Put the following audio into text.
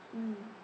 mm